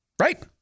right